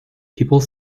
people